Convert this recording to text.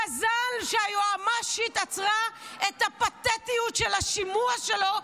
מזל שהיועמ"שית עצרה את הפתטיות של השימוע שלו,